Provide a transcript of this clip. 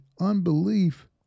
unbelief